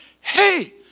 hey